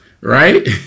right